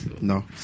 no